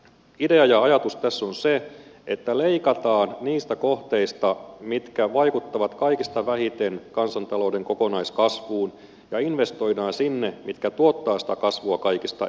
idea ja ajatus tässä on se että leikataan niistä kohteista mitkä vaikuttavat kaikista vähiten kansantalouden kokonaiskasvuun ja investoidaan sinne mitkä tuottavat sitä kasvua kaikista eniten